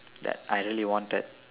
that I really wanted